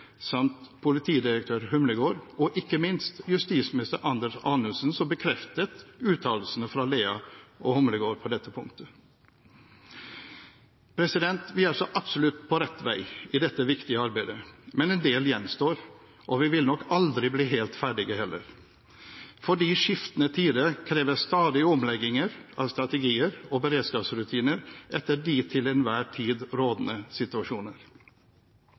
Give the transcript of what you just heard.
samt politidirektør Humlegård, og ikke minst justisminister Anders Anundsen, som bekreftet uttalelsene fra Lea og Humlegård på dette punktet. Vi er så absolutt på rett vei i dette viktige arbeidet. Men en del gjenstår, og vi vil nok aldri bli helt ferdige heller, fordi skiftende tider krever stadige omlegginger av strategier og beredskapsrutiner etter de til enhver tid rådende situasjoner.